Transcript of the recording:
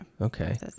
Okay